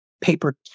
paper